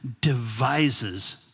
devises